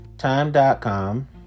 Time.com